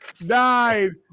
nine